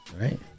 Right